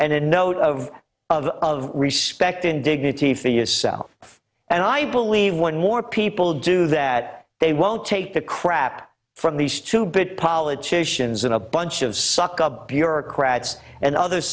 and a note of of of respect and dignity for yourself and i believe one more people do that they won't take the crap from these two bit politicians and a bunch of suck up bureaucrats and other